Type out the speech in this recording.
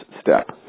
step